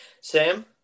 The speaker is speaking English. Sam